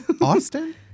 Austin